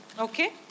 okay